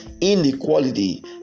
inequality